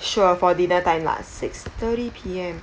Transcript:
sure for dinner time lah six thirty P_M